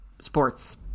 sports